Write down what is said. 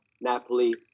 Napoli